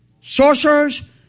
sorcerers